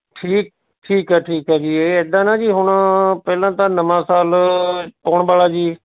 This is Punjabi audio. ਠੀਕ ਠੀਕ ਹੈ ਠੀਕ ਹੈ ਜੀ ਇਹ ਐਦਾਂ ਨਾ ਜੀ ਹੁਣ ਪਹਿਲਾਂ ਤਾਂ ਨਵਾਂ ਸਾਲ ਆਉਣ ਵਾਲਾ ਜੀ